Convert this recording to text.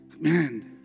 man